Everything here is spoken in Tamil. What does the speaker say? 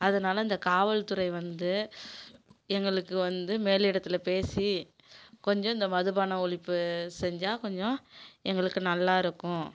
அதனால இந்த காவல்துறை வந்து எங்களுக்கு வந்து மேலிடத்தில் பேசி கொஞ்சம் இந்த மதுபான ஒழிப்பு செஞ்சால் கொஞ்சம் எங்களுக்கு நல்லாயிருக்கும்